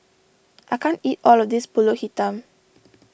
I can't eat all of this Pulut Hitam